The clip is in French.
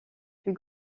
plus